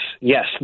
yes